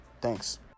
Thanks